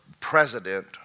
president